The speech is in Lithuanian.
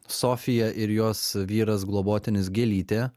sofija ir jos vyras globotinis gėlytė